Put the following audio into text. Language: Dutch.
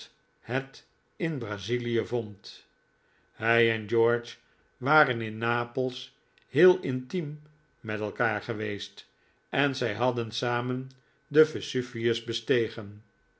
het in brazilie vond hij en george waren in napels heel intiem met elkaar geweest en zij hadden samen den vesuvius bestegen